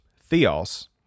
theos